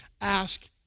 ask